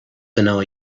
vanilla